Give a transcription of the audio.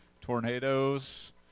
tornadoes